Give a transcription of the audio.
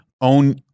own